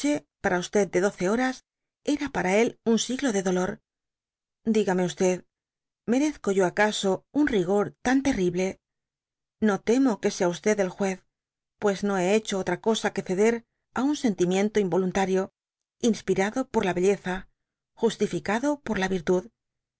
para de doce horas era para él un siglo de dolor digame merezco yo acaso un rigor tan terrible no temo que sea el juez pues no hé hecho otra cosa que ceder á un sentimiento inyoluntario inspirado por la belleza justificado por la yirtud